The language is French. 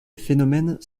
phénomènes